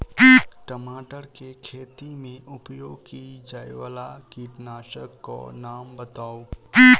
टमाटर केँ खेती मे उपयोग की जायवला कीटनासक कऽ नाम बताऊ?